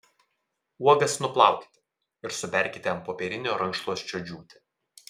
uogas nuplaukite ir suberkite ant popierinio rankšluosčio džiūti